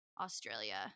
Australia